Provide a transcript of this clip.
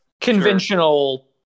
Conventional